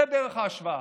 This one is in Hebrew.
זו בערך ההשוואה.